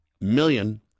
million